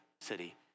city